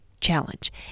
challenge